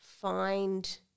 find